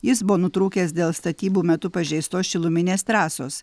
jis buvo nutrūkęs dėl statybų metu pažeistos šiluminės trasos